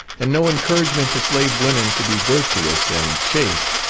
and no encouragement to slave women to be virtuous and chaste,